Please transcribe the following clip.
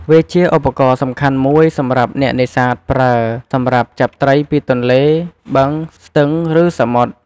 វាជាឧបករណ៍សំខាន់មួយសម្រាប់អ្នកនេសាទប្រើ សម្រាប់ចាប់ត្រីពីទន្លេ បឹង ស្ទឹង ឬសមុទ្រ។